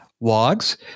logs